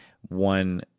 one